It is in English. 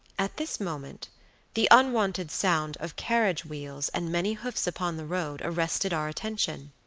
at this moment the unwonted sound of carriage wheels and many hoofs upon the road, arrested our attention.